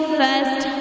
first